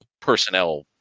personnel